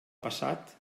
passat